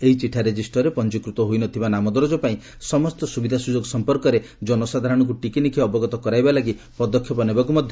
ଏହି ଚିଠା ରେଜିଷ୍ଟରରେ ପଞ୍ଜିକୃତ ହୋଇ ନ ଥିବା ନାମ ଦରଜ ପାଇଁ ସମସ୍ତ ସୁବିଧା ସୁଯୋଗ ସମ୍ପର୍କରେ କନସାଧାରଣଙ୍କୁ ଟିକିନିଖ୍ ଅବଗତ କରାଇବା ଲାଗି ପଦକ୍ଷେପ ନେବାକୁ ମଧ୍ୟ କୁହାଯାଇଛି